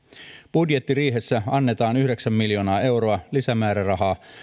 budjettiriihessä annetaan yhdeksän miljoonaa euroa lisämäärärahaa